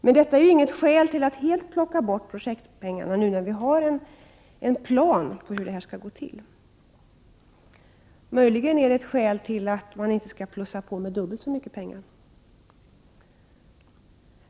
Men detta är inget skäl till att helt plocka bort projektpengar när vi nu har en plan på hur detta skall gå till. Möjligen är det ett skäl till att man inte skall plussa på med dubbelt så mycket pengar.